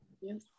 Yes